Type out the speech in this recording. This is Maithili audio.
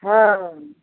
हँ